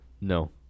No